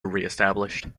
reestablished